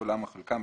כולם או חלקם,